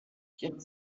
pierre